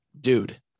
dude